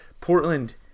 Portland